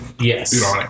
Yes